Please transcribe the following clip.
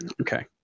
okay